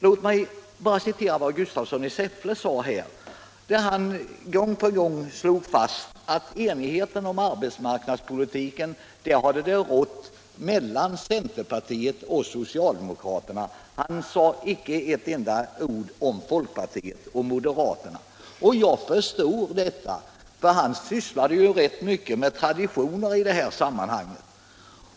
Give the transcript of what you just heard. Låt mig bara hänvisa till vad herr Gustafsson i Säffle gång på gång slog fast, nämligen att enighet om arbetsmarknadspolitiken har rått mellan centerpartiet och socialdemokraterna. Han sade icke ett enda ord om folkpartiet och moderaterna, och jag förstår detta, eftersom han talade rätt mycket om traditioner i det här sammanhanget.